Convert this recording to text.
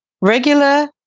Regular